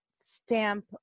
stamp